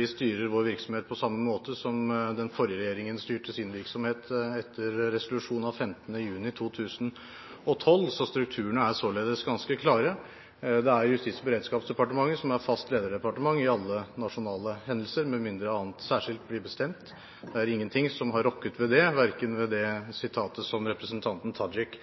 Vi styrer vår virksomhet på samme måte som den forrige regjeringen styrte sin virksomhet, etter resolusjon av 15. juni 2012, så strukturene er således ganske klare. Det er Justis- og beredskapsdepartementet som er fast lederdepartement i alle nasjonale hendelser, med mindre annet særskilt blir bestemt. Det er ingenting som har rokket ved det, verken det sitatet som representanten Tajik